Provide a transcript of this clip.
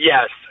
Yes